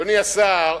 אדוני השר,